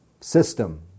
system